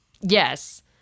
Yes